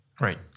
Right